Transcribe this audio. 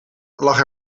lag